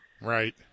right